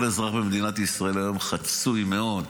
כל אזרח במדינת ישראל היום חצוי מאוד: